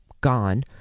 Gone